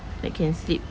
they can sleep